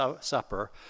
Supper